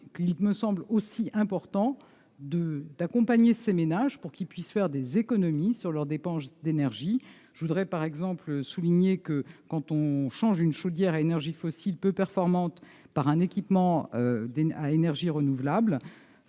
Il me semble important d'accompagner les ménages pour qu'ils puissent faire des économies sur leurs dépenses d'énergie. Ainsi, quand on change une chaudière à énergie fossile peu performante par un équipement à énergie renouvelable,